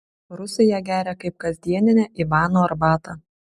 rusai ją geria kaip kasdieninę ivano arbatą